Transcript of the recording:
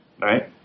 right